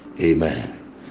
Amen